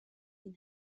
این